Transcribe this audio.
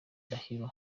ndahiro